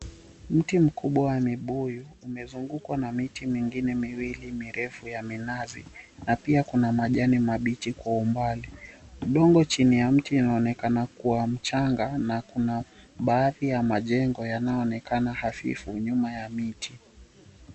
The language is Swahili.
Mti mkubwa wa mibuyu umezungukwa na miti mingine miwili mirefu ya minazi na pia kuna majani mabichi kwa umbali. Udongo chini ya mti unaonekana kuwa mchanga na kuna baadhi ya majengo yanayoonekana hafifu nyuma ya miti.